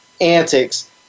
antics